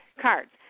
Cards